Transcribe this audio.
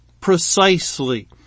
precisely